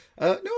No